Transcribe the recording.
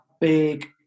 big